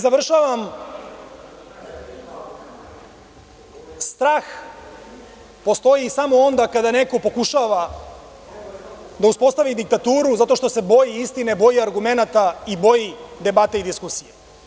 Završavam, strah postoji samo onda kada neko pokušava da uspostavi diktaturu zato što se boji istine, argumenata, debate i diskusije.